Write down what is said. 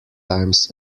times